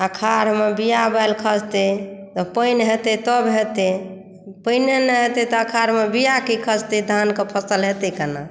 आषाढ़मे बीया बालि खसतै तऽ पानि हेतै तब हेतै पानि नहि हेतै आषाढ़मे तऽ बीया की खसतै धानक फसल हेतै केना